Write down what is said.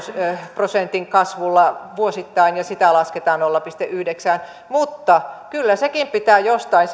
prosentin kasvulla vuosittain ja sitä lasketaan nolla pilkku yhdeksään mutta kyllä sekin säästö pitää jostain